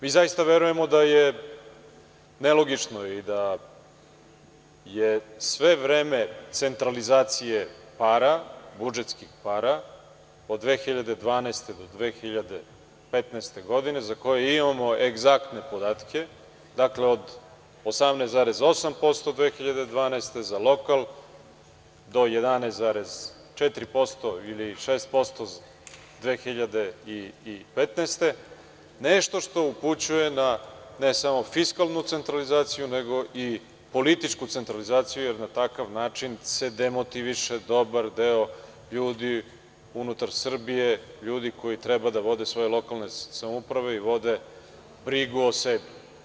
Mi zaista verujemo da je nelogično i da je sve vreme centralizacije para, budžetskih para od 2012. do 2015. godine za koje imamo egzaktne podatke, dakle, od 18,8% 2012. godine za lokal do 11,4% ili 11,6%, 2015. godine nešto što upućuje na, ne samo fiskalnu centralizaciju nego i političku centralizaciju, jer na takav način se demotiviše dobar deo ljudi unutar Srbije, ljudi koji treba da vode svoje lokalne samouprave i vode brigu o sebi.